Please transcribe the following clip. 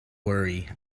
worry